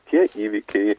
tie įvykiai